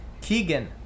Keegan